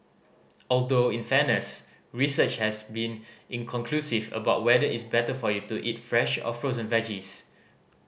although in fairness research has been inconclusive about whether it's better for you to eat fresh or frozen veggies